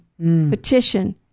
petition